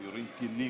הם יורים טילים.